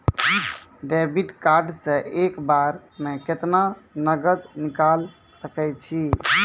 Debit card से एक बार मे केतना नगद निकाल सके छी?